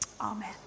Amen